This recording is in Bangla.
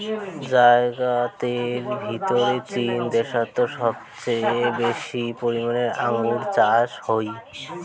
জাগাতের ভিতরে চীন দ্যাশোত সবচেয়ে বেশি পরিমানে আঙ্গুর চাষ হই